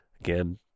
Again